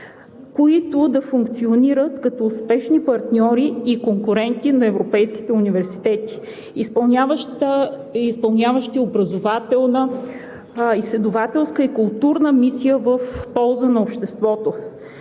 които да функционират като успешни партньори и конкуренти на европейските университети, изпълняващи образователна, изследователска и културна мисия в полза на обществото